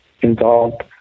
involved